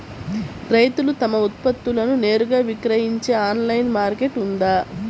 రైతులు తమ ఉత్పత్తులను నేరుగా విక్రయించే ఆన్లైను మార్కెట్ ఉందా?